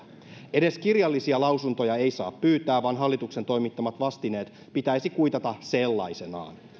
edes kirjallisia lausuntoja ei saa pyytää vaan hallituksen toimittamat vastineet pitäisi kuitata sellaisenaan